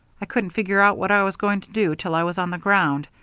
i couldn't figure out what i was going to do till i was on the ground,